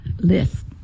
list